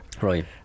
right